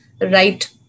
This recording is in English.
right